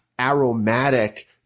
aromatic